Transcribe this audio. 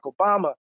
Obama